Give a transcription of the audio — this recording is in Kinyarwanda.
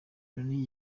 loni